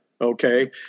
okay